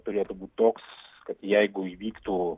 turėtų būt toks kad jeigu įvyktų